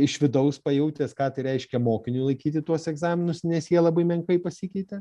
iš vidaus pajautęs ką tai reiškia mokiniui laikyti tuos egzaminus nes jie labai menkai pasikeitė